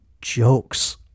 jokes